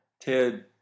Ted